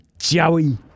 Joey